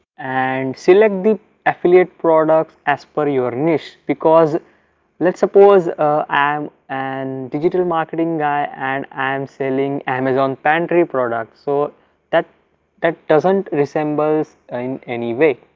and select the affiliate products as per your niche because let's suppose i am and digital marketing guy and i am selling amazon pantry products so that that doesn't resembles in any way.